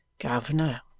governor